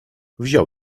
wziął